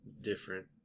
different